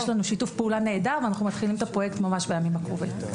יש לנו שיתוף פעולה נהדר ואנחנו מתחילים את הפרויקט ממש בימים הקרובים.